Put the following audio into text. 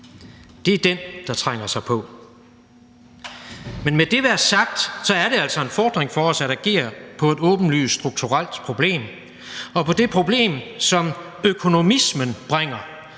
Det er den, der trænger sig på. Men med det sagt er det altså en fordring for os at agere på et åbenlyst strukturelt problem og på det problem, som økonomismen bringer